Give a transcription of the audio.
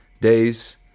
days